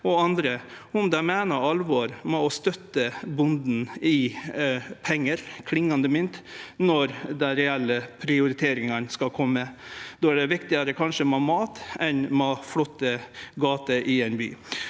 og andre, om dei meiner alvor med å støtte bonden med pengar, klingande mynt, når dei reelle prioriteringane skal kome. Då er det kanskje viktigare med mat enn med flotte gater i ein by.